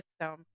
system